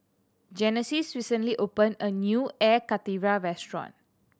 Genesis recently opened a new Air Karthira restaurant